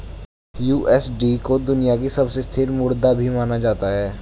USD को दुनिया की सबसे स्थिर मुद्रा भी माना जाता है